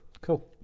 Cool